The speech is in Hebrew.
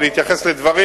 להתייחס לדברים.